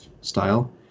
style